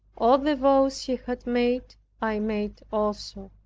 all the vows she had made i made also.